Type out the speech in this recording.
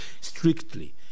strictly